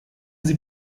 sie